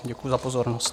Děkuji za pozornost.